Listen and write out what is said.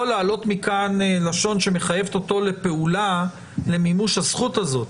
יכול לעלות מכאן לשון שמחייבת אותו לפעולה למימוש הזכות הזאת.